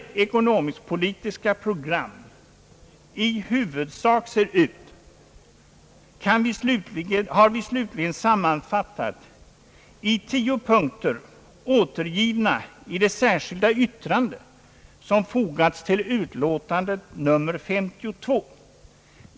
misk-politiska program i huvudsak ser ut har vi slutligen sammanfattat i tio punkter, återgivna i det särskilda yttrande som fogats till bankoutskottets utlåtande nr 52.